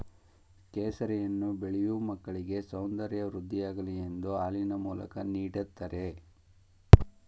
ಕೇಸರಿಯನ್ನು ಬೆಳೆಯೂ ಮಕ್ಕಳಿಗೆ ಸೌಂದರ್ಯ ವೃದ್ಧಿಯಾಗಲಿ ಎಂದು ಹಾಲಿನ ಮೂಲಕ ನೀಡ್ದತರೆ